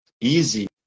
easy